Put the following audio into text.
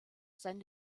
sein